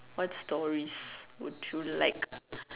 what stories would you like